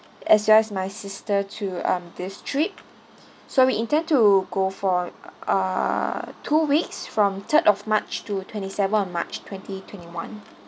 as just my sister to um this trip so we intend to go for uh two weeks from third of march to twenty seven of march twenty twenty one